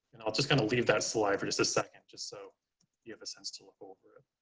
and i'll just kind of leave that slide for just a second, just so you have a sense to look over it.